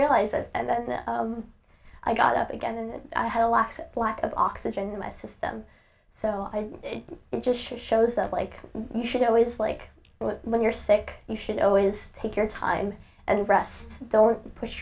realize it and then i got up again and i had a lax lack of oxygen in my system so i just shows up like you should always like when you're sick you should always take your time and rest don't push